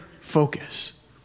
focus